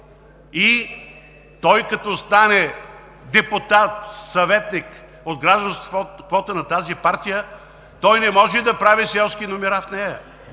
и той, като стане депутат, съветник от гражданската квота на тази партия, не може да прави селски номера в нея,